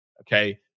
Okay